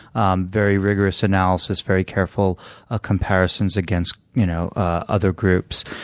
um very rigorous analysis, very careful ah comparisons against you know ah other groups.